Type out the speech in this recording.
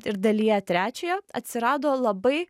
ir dalyje trečiojo atsirado labai